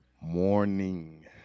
morning